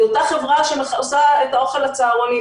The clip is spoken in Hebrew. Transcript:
היא אותה חברה שעושה את האוכל לצוהרונים.